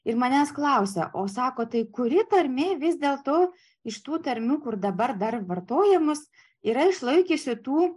ir manęs klausia o sako tai kuri tarmė vis dėl to iš tų tarmių kur dabar dar vartojamos yra išlaikiusi tų